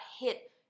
hit